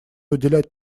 уделять